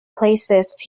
places